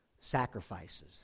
sacrifices